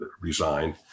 resigned